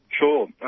Sure